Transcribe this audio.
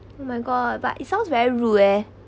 oh my god but it sounds very rude eh